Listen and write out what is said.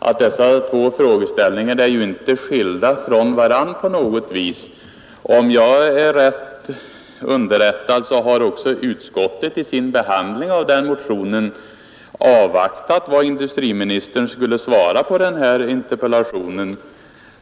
som motionen och interpellationen inte innehåller frågeställningar som är skilda från varandra. Om jag är rätt underrättad har också utskottet vid sin behandling av motionen avvaktat vad industriministern skulle svara på interpellationen.